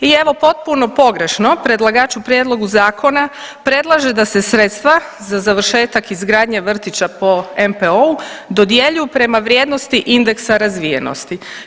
I evo potpuno pogrešno predlagač u prijedlogu zakona predlaže da se sredstva za završetak izgradnje vrtića po NPO-u dodjeljuju prema vrijednosti indeksa razvijenosti.